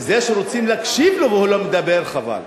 וזה שרוצים להקשיב לו והוא לא מדבר, חבל.